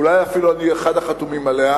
אולי אפילו אני אחד החתומים עליה,